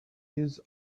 his